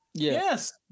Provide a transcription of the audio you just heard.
Yes